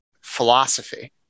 philosophy